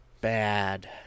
bad